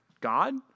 God